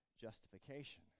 justification